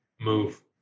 move